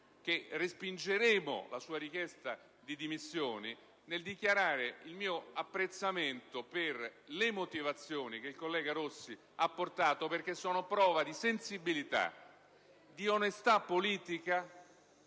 che respingeremo la sua richiesta di dimissioni e il mio apprezzamento per le motivazioni che egli ha portato, perché sono prova di sensibilità, di onestà politica